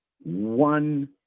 one